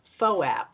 FOAP